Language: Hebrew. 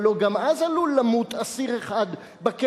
הלוא גם אז עלול למות אסיר אחד בכלא,